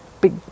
big